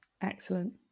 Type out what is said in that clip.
excellent